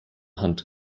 hand